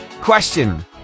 question